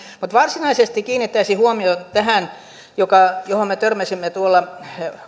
mutta varsinaisesti kiinnittäisin huomiota tähän johon me törmäsimme tuolla